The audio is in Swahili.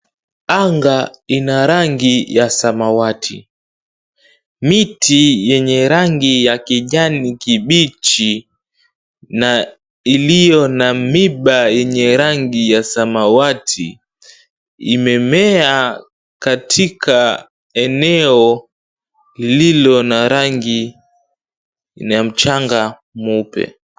Anga ina rangi ya samawati miti yenye rangi ya kijani kibichi na iliyo na miba yenye rangi ya samawati imemea katika eneo lilio na rangi ya mchanga mweupe.